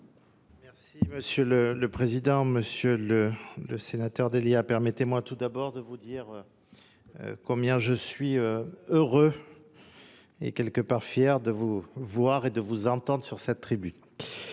Monsieur le Président, Monsieur le Sénateur Délia, permettez-moi tout d'abord de vous dire combien je suis heureux et quelque part fier de vous voir et de vous entendre sur cette tribu.